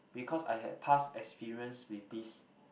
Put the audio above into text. because I had past experience with this